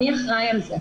מי אחראי על זה.